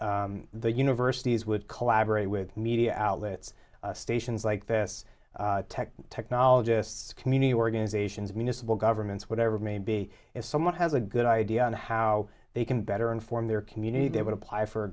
so the universities would collaborate with media outlets stations like this tech technologists community organizations municipal governments whatever it may be if someone has a good idea on how they can better inform their community they would apply for a